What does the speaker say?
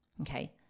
okay